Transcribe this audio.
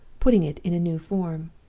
putting it in a new form.